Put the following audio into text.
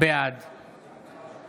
בעד